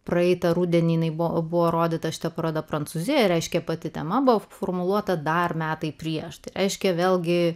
praeitą rudenį buvo buvo rodyta šita paroda prancūzijoj reiškia pati tema buvo formuluota dar metai prieš tai reiškia vėlgi